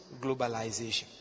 globalization